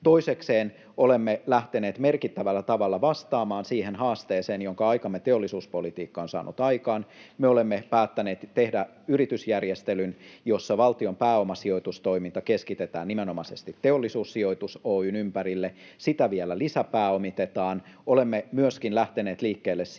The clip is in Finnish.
Toisekseen olemme lähteneet merkittävällä tavalla vastaamaan siihen haasteeseen, jonka aikamme teollisuuspolitiikka on saanut aikaan: me olemme päättäneet tehdä yritysjärjestelyn, jossa valtion pääomasijoitustoiminta keskitetään nimenomaisesti Teollisuussijoitus Oy:n ympärille, sitä vielä lisäpääomitetaan. Olemme myöskin lähteneet liikkeelle siitä,